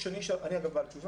אני, אגב, בעל תשובה.